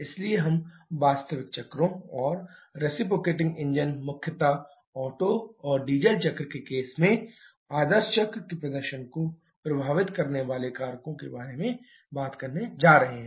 इसलिए हम वास्तविक चक्रों और रिसिप्रोकेटिंग इंजन मुख्यता ओटो और डीजल चक्र के केस में आदर्श चक्र के प्रदर्शन को प्रभावित करने वाले कारकों के बारे में बात करने जा रहे हैं